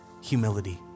humility